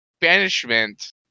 banishment